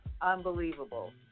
unbelievable